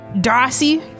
Darcy